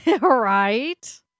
Right